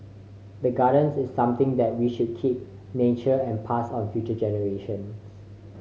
the gardens is something that we should keep nurture and pass on future generations